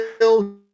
ill